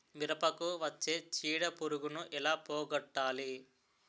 మిరపకు వచ్చే చిడపురుగును ఏల పోగొట్టాలి?